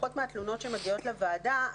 לפחות מהתלונות שמגיעות לוועדה,